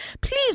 please